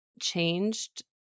changed